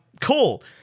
Cool